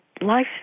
life